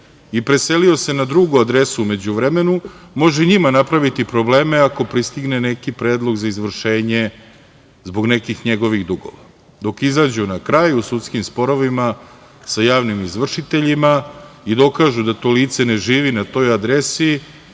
i preselio se na drugu adresu u međuvremenu može njima napraviti probleme ako pristigne neki predlog za izvršenje zbog nekih njegovih dugova. Dok izađu na kraj u sudskim sporovima sa javnim izvršiteljima i dokažu da to lice ne žive na toj adresi